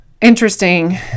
interesting